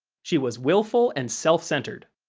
she was willful and self-centered.